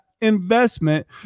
investment